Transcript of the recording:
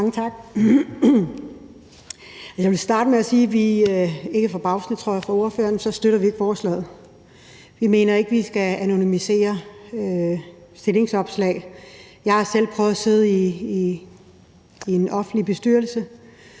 Mange tak. Jeg vil starte med at sige, at vi nok ikke forbavsende for ordføreren, tror jeg, ikke støtter forslaget. Vi mener ikke, at vi skal anonymisere stillingsopslag. Jeg har selv prøvet at sidde i en offentlig bestyrelse